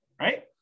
right